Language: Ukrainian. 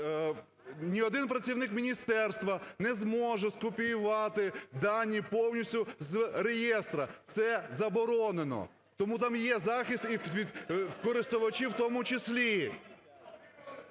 Ні один працівник міністерства не зможе скопіювати дані повністю з реєстру, це заборонено. Тому там є захист і від користувачів у тому числі.